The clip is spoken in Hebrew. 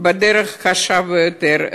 בדרך קשה ביותר.